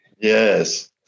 yes